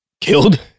killed